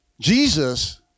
Jesus